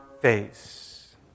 face